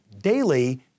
daily